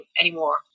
anymore